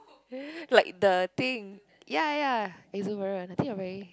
like the thing ya ya exuberant I think you're very